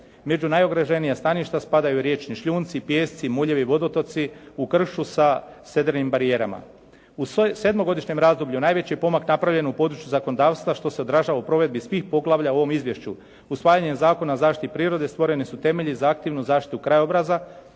Među najugroženija staništa spadaju riječni šljunci, pijesci, muljevi, vodotoci u kršu sa sedrenim barijerama. U svom sedmogodišnjem razdoblju najveći je pomak napravljen u području zakonodavstva, što se odražava u provedbi svih poglavlja u ovom izvješću. Usvajanjem Zakona o zaštiti prirode stvoreni su temelji za aktivnu zaštitu krajobraza,